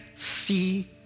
See